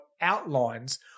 outlines